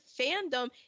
fandom